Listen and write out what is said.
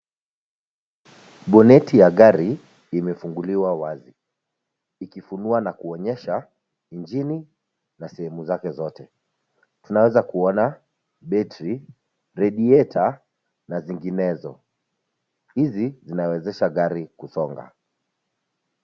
Boneti ya gari imefunguliwa wazi, ikifunua na kuonyesha injini na sehemu zake zote. Tunaweza kuona battery radiator na zinginezo. Hizi zinawezesha gari kusonga.